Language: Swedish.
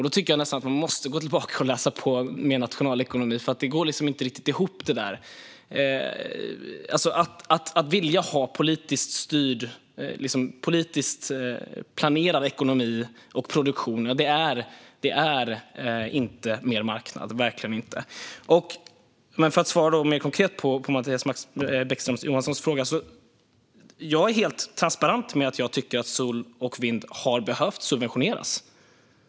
Då tycker jag att man måste gå tillbaka och läsa mer nationalekonomi. Det där går nämligen inte riktigt ihop. Att vilja ha politiskt planerad ekonomi och produktion är inte mer marknad. Det är det verkligen inte. Jag ska svara mer konkret på Mattias Bäckström Johanssons fråga. Jag är helt transparent med att jag tycker att solkraft och vindkraft har behövt subventioneras.